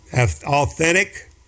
authentic